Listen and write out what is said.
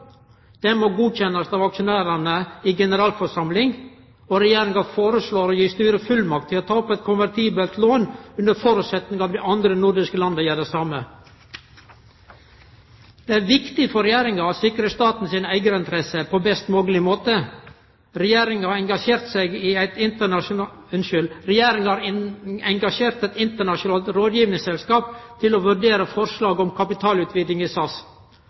Det må godkjennast av aksjonærane i generalforsamling, og Regjeringa foreslår å gi styret fullmakt til å ta opp eit konvertibelt lån under føresetnad av at dei andre nordiske landa gjer det same. Det er viktig for Regjeringa å sikre staten sine eigarinteresser på best mogeleg måte. Regjeringa har engasjert eit internasjonalt rådgivingsselskap til å vurdere forslaget om kapitalutviding i